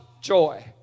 joy